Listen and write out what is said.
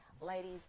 Ladies